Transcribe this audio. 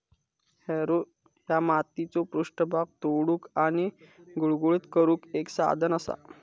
Harrow ह्या मातीचो पृष्ठभाग तोडुक आणि गुळगुळीत करुक एक साधन असा